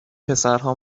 پسرها